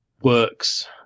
works